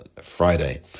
Friday